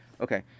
okay